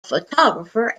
photographer